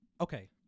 Okay